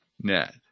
net